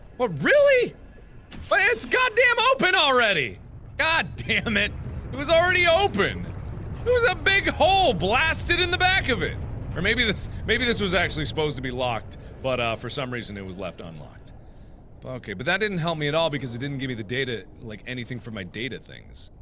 what really but it's goddamn open already god damn it, it was already open a ah big hole blasted in the back of it or maybe that's maybe this was actually supposed to be locked but for some reason it was left unlocked ok but that didn't help me at all because it didn't give you the data like anything for my data things,